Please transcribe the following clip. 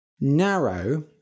Narrow